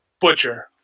Butcher